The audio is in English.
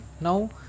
now